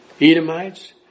Edomites